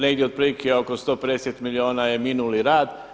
Negdje otprilike oko 150 milijuna je minuli rad.